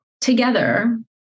together